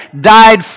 died